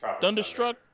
Thunderstruck